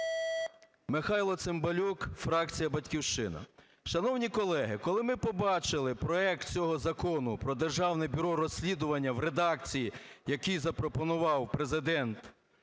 Михайло Цимбалюк, фракція "Батьківщина". Шановні колеги, коли ми побачили проект цього Закону про Державне бюро розслідувань в редакції, який запропонував Президент,